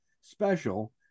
special